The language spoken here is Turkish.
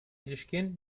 ilişkin